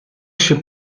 się